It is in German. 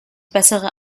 bessere